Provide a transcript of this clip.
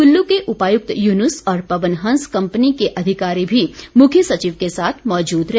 कुल्लू के उपायुक्त युनुस और पवन हंस कंपनी के अधिकारी भी मुख्य सचिव के साथ मौजूद रहे